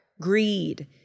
greed